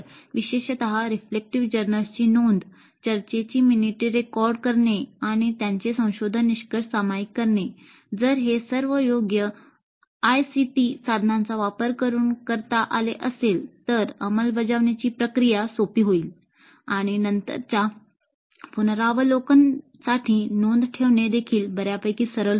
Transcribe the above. विशेषत रिफ्लेक्टिव्ह जर्नल्सची साधनांचा वापर करून करता आले असेल तर अंमलबजावणीची प्रक्रिया सोपी होईल आणि नंतरच्या पुनरावलोकनासाठी नोंद ठेवणे देखील बऱ्यापैकी सरल होईल